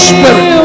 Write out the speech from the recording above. Spirit